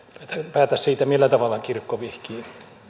päätä siitä millä tavalla kirkko vihkii